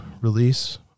release